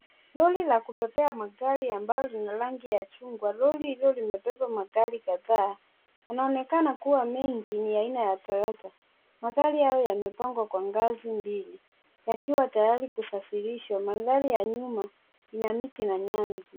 Lori la kubebea magari ambalo lina rangi ya chungwa. Lori hilo limebeba magari kadhaa, inaonekana kua mengi ni aina ya toyota. Magari hayo yamepangwa kwa ngazi mbili yakiwa tayari kusafirishwa. Mandhari ya nyuma ina miti na nyasi.